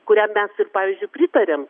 kuriam mes ir pavyzdžiui pritariam